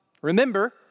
Remember